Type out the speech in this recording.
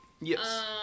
Yes